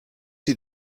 sie